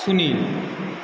Sunil